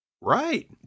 Right